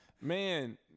Man